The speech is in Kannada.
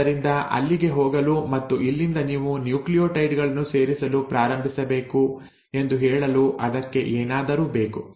ಆದ್ದರಿಂದ ಅಲ್ಲಿಗೆ ಹೋಗಲು ಮತ್ತು ಇಲ್ಲಿಂದ ನೀವು ನ್ಯೂಕ್ಲಿಯೋಟೈಡ್ ಗಳನ್ನು ಸೇರಿಸಲು ಪ್ರಾರಂಭಿಸಬೇಕು ಎಂದು ಹೇಳಲು ಅದಕ್ಕೆ ಏನಾದರೂ ಬೇಕು